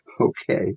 Okay